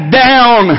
down